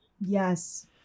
Yes